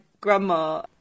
grandma